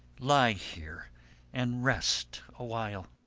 lie here and rest awhile.